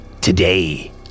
Today